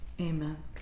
Amen